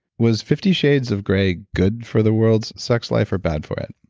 was fifty shades of grey good for the world's sex life or bad for it?